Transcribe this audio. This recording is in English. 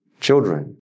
children